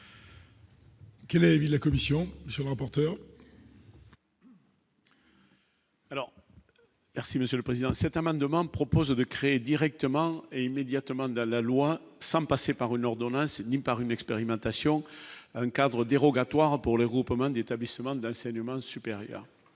Quel avis de la commission sera porteur. Merci Monsieur le Président, cet amendement propose de créer directement et immédiatement dans la loi, sans passer par une ordonnance ni par une expérimentation un cadre dérogatoire pour le groupement d'établissement de la Seine-et-Marne supérieurs.